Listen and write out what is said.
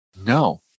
No